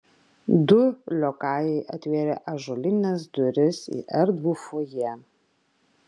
du liokajai atvėrė ąžuolines duris į erdvų fojė